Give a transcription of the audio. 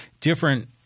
different